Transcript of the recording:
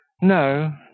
No